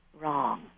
wrong